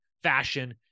Fashion